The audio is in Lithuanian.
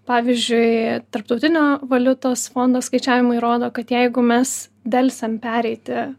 pavyzdžiui tarptautinio valiutos fondo skaičiavimai rodo kad jeigu mes delsiam pereiti